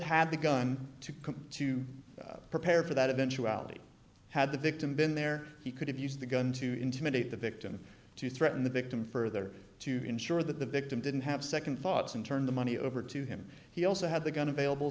had the gun to come to prepare for that eventuality had the victim been there he could have used the gun to intimidate the victim to threaten the victim further to ensure that the victim didn't have second thoughts and turn the money over to him he also had the gun available